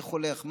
איך הולך?